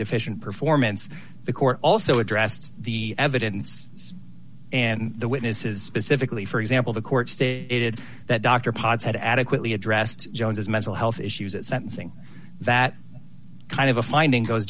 deficient performance the court also addressed the evidence and the witnesses pacifically for example the court stated that dr pods had adequately addressed jones's mental health issues at sentencing that kind of a finding goes